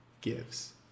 gives